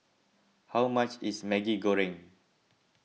how much is Maggi Goreng